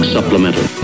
Supplemental